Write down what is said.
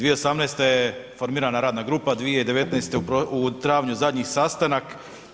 2018. je formirana radna grupa, 2019. u travnju zadnji sastanak.